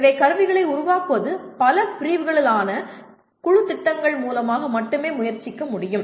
எனவே கருவிகளை உருவாக்குவது பல பிரிவுகளாலான குழு திட்டங்கள் மூலமாக மட்டுமே முயற்சிக்க முடியும்